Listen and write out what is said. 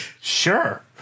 sure